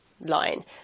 line